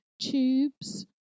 tubes